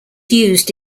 used